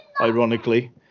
ironically